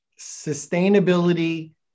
sustainability